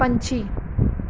ਪੰਛੀ